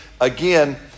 again